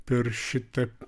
per šitą